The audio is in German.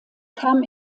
kam